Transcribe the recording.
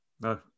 No